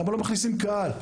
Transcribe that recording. למה לא מכניסים קהל?